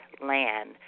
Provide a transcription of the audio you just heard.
land